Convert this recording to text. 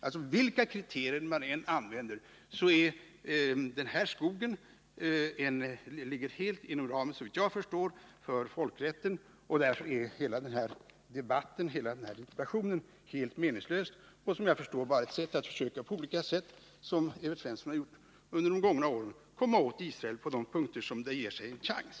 Alltså: Vilka kriterier man än använder ligger den här skogen, såvitt jag förstår, helt inom ramen för folkrätten. Därför är hela denna debatt, hela interpellationen, enligt min uppfattning bara ett sätt att, som Evert Svensson gjort under de gångna åren, komma åt Israel på de punkter där det ges en chans.